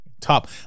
top